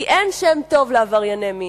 כי אין שם טוב לעברייני מין.